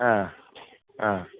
ആ ആ